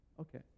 okay